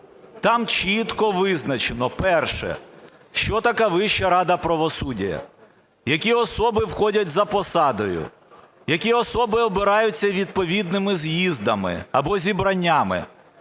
Там чітко визначено - перше, що таке Вища рада правосуддя, які особи входять за посадою, які особи обираються відповідними з'їздами або зібраннями.